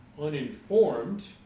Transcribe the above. uninformed